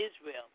Israel